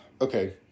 Okay